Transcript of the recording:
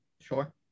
Sure